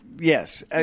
Yes